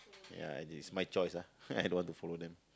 ya and it's my choice ah I don't want to follow them